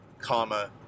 comma